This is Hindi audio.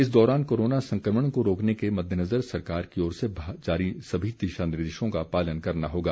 इस दौरान कोरोना संक्रमण को रोकने के मददेनज़र सरकार की ओर से जारी सभी दिशा निर्देशों का पालन करना होगा